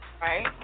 Right